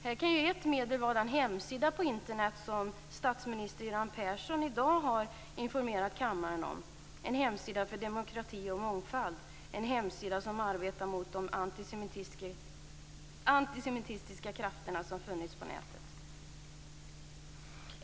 Här kan ett medel vara den hemsida på Internet som statsminister Göran Persson i dag har informerat kammaren om. Det är en hemsida för demokrati och mångfald, en hemsida som arbetar mot de antisemitiska krafterna som funnits på nätet.